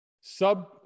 Sub